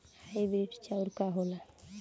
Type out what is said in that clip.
Hybrid चाउर का होला?